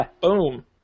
Boom